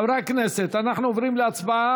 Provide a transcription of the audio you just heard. חברי הכנסת, אנחנו עוברים להצבעה